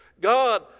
God